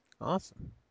Awesome